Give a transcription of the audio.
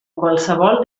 qualsevol